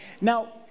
Now